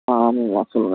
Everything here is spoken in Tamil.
ஆமாம்மா சொல்லுங்க